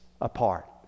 apart